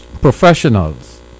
Professionals